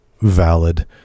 valid